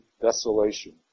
desolation